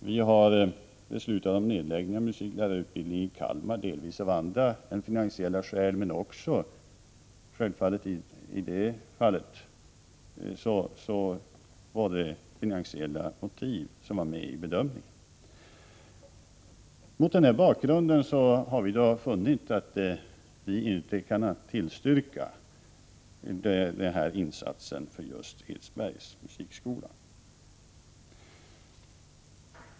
Vi har beslutat om nedläggning av musiklärarutbildningen i Kalmar, delvis av andra än finansiella skäl. Men givetvis var också i det fallet finansiella motiv med i bedömningen. Mot denna bakgrund har vi funnit att vi inte kan tillstyrka den insats som det var fråga om för just Edsbergs musikskola.